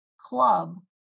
club